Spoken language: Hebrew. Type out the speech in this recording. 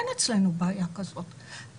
אין אצלנו בעיה כזאת.